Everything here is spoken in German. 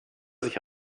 sich